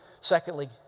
Secondly